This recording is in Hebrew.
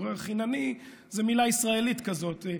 "חינני" זו מילה ישראלית כזאת,